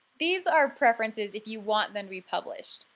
these are preferences if you want them to be published.